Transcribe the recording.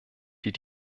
die